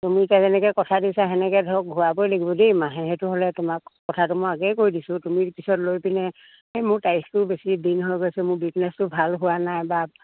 তুমিতি যেনেকে কথা দিছা সেনেকে ধৰক ঘূৰাবই লাগিব দেই মাহে সেইটো হ'লে তোমাক কথাটো মই আগে কৈ দিছোঁ তুমি পিছত লৈ পিনে মোৰ তাৰিখটো বেছি দিন হৈ গৈছে মোৰ বিজনেছটো ভাল হোৱা নাই বা